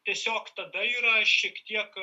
tiesiog tada yra šiek tiek